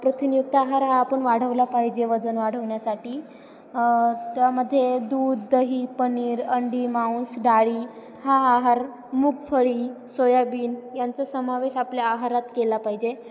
प्रथिनयुक्त आहार हा आपण वाढवला पाहिजे वजन वाढवण्यासाठी त्यामध्ये दूध दही पनीर अंडी मांस डाळी हा आहार मुगफळी सोयाबीन यांचा समावेश आपल्या आहारात केला पाहिजे